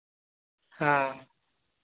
ᱦᱮᱸ